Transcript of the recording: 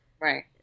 right